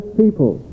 people